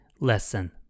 lesson